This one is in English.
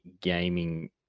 gaming